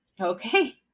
okay